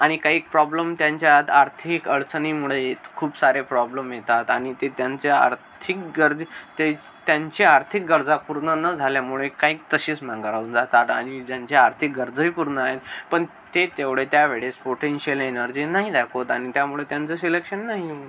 आणि काही प्रॉब्लम त्यांच्यात आर्थिक अडचणींमुळे आहेत तर खूप सारे प्रॉब्लम येतात आणि ते त्यांच्या आर्थिक गरजे ते त्यांच्या आर्थिक गरजा पूर्ण न झाल्यामुळे काही तसेच मागं राहून जातात आणि ज्यांचे आर्थिक गरजाही पूर्ण आहेत पण ते तेवढे त्यावेळेस पोटेन्शिअल एनर्जी नाही दाखवत आणि त्यामुळे त्यांचं सिलेक्शन नाही होत